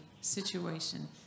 situation